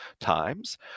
times